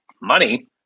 Money